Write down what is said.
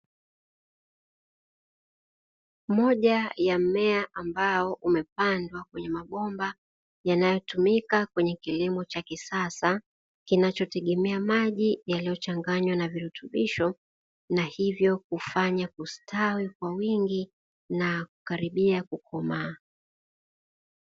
Moja ya mmea ambao umepandwa kwenye mabomba, yanayotumika kwenye kilimo cha kisasa, kinachotegemea maji yaliyochanganywa na virutubisho, na hivyo kufanya kustawi kwa wingi na kukaribia kukomaa.